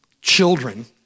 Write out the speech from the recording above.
children